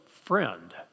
friend